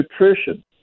nutrition